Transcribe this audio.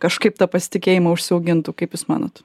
kažkaip tą pasitikėjimą užsiaugintų kaip jūs manot